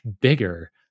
bigger